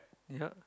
yup